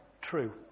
true